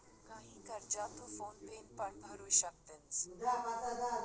हा, काही कर्जा तू फोन पेन पण भरू शकतंस